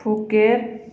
Phuket